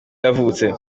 yahunze